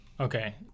Okay